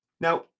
now